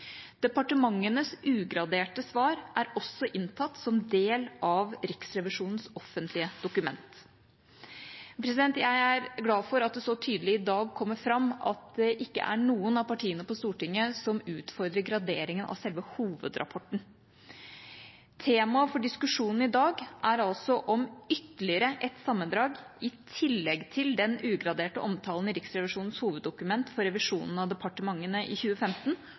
Departementenes ugraderte svar er også inntatt som del av Riksrevisjonens offentlige dokument. Jeg er glad for at det så tydelig i dag kommer fram at det ikke er noen av partiene på Stortinget som utfordrer graderingen av selve hovedrapporten. Temaet for diskusjonen i dag er altså om ytterligere et sammendrag, i tillegg til den ugraderte omtalen i Riksrevisjonens hoveddokument for revisjonen av departementene i 2015,